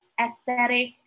aesthetic